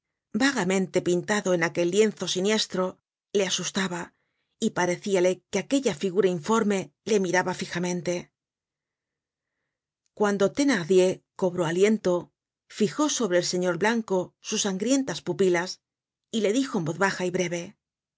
vagamente pintado en aquel lienzo siniestro le asustaba y parecíale que aquella figura informe le miraba fijamente content from google book search generated at cuando thenardier cobró aliento fijó sobre el señor blanco sus sangrientas pupilas y le dijo en voz baja y breve